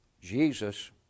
Jesus